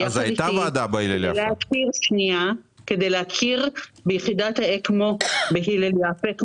כדי להכיר ביחידת האקמו בהילל יפה,